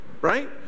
right